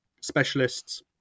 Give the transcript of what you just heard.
specialists